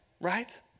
right